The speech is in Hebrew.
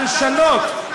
הלשנות.